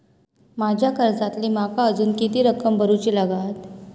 माझ्या कर्जातली माका अजून किती रक्कम भरुची लागात?